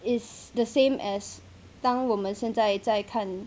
is the same as 当我们现在再看